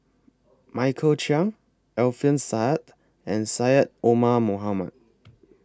Michael Chiang Alfian Sa'at and Syed Omar Mohamed